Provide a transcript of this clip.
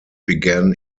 began